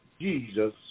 Jesus